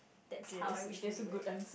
that's how I wished to be remembered